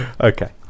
okay